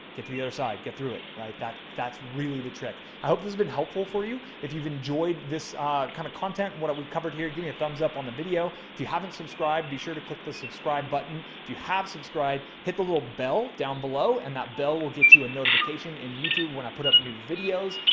get to the other side, get through it, right. that that's really the trick. i hope this has been helpful for you. if you've enjoyed this kind of content and what we've covered here, give me a thumbs up on the video. if you haven't subscribed, be sure to click the subscribe button. if you have subscribe, hit the little bell down below, and that bell will get you a notification in youtube. when i put up new videos,